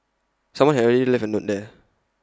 someone had already left A note there